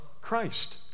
Christ